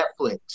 Netflix